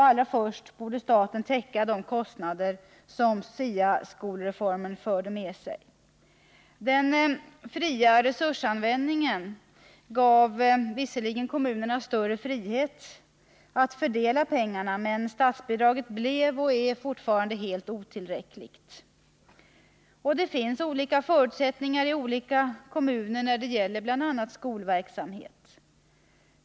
Allra först borde staten täcka de kostnader som SIA-skolreformen förde med sig. Den fria resursanvändningen gav visserligen kommunerna större frihet att fördela pengarna, men statsbidraget blev och är fortfarande helt otillräckligt. Det finns olika förutsättningar i olika kommuner bl.a. när det gäller skolverksamhet.